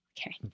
okay